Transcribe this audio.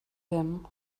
him